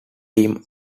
team